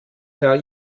herr